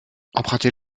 empruntez